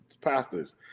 pastors